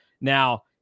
Now